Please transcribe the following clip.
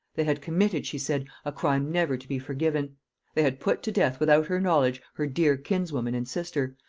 they had committed, she said, a crime never to be forgiven they had put to death without her knowledge her dear kinswoman and sister,